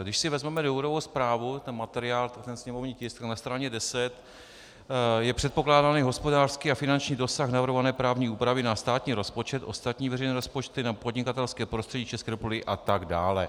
Když si vezmeme důvodovou zprávu, ten materiál, ten sněmovní tisk, na straně 10 je předpokládaný hospodářský a finanční dosah navrhované právní úpravy na státní rozpočet, ostatní veřejné rozpočty, na podnikatelské prostředí České republiky atd.